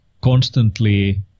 constantly